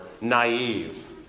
naive